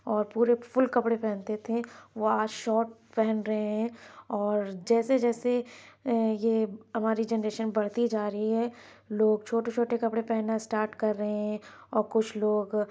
اور پورے فل کپڑے پہنتے تھے وہ آج شاٹ پہن رہے ہیں اور جیسے جیسے یہ ہماری جنریشن بڑھتی جا رہی ہے لوگ چھوٹے چھوٹے کپڑے پہننا اسٹارٹ کر رہے ہیں اور کچھ لوگ